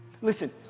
Listen